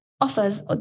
offers